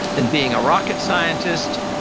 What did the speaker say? than being a rocket scientist,